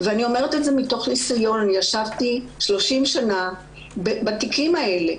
ואני אומרת את זה מתוך ניסיון: ישבתי 30 שנה בתיקים האלה,